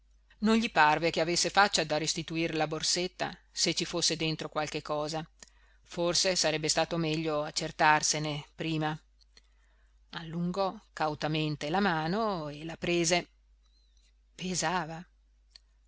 non gli parve che avesse faccia da restituir la borsetta se ci fosse dentro qualche cosa forse sarebbe stato meglio accertarsene prima allungò cautamente la mano e la prese pesava